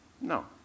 No